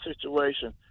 situation